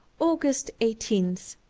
august eighteen,